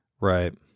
right